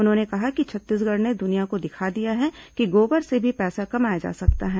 उन्होंने कहा कि छत्तीसगढ़ ने दुनिया को दिखा दिया है कि गोबर से भी पैसा कमाया जा सकता है